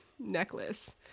Necklace